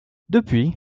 depuis